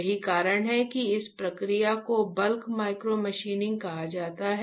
यही कारण है कि इस प्रक्रिया को बल्क माइक्रोमशीनिंग कहा जाता है